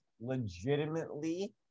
legitimately